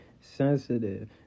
sensitive